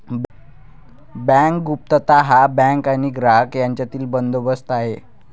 bank गुप्तता हा bank आणि ग्राहक यांच्यातील बंदोबस्त आहे